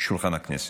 תודה רבה,